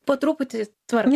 po truputį tvarkom